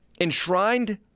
enshrined